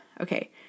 okay